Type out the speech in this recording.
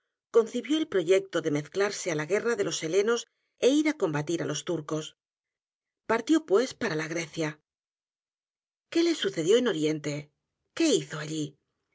concibió el proyecto de mezclarse á la g u e r r a de los helenos é ir á combatir los turcos partió pues p a r a la grecia qué le sucedió en oriente que hizo allí